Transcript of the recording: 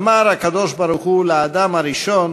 אמר הקדוש-ברוך-הוא לאדם הראשון: